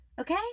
okay